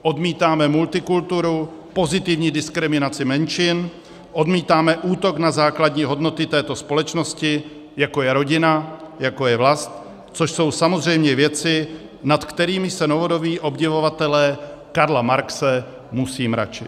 Odmítáme multikulturu, pozitivní diskriminaci menšin, odmítáme útok na základní hodnoty této společnosti, jako je rodina, jako je vlast, což jsou samozřejmě věci, nad kterými se novodobí obdivovatelé Karla Marxe musí mračit.